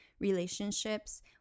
Relationships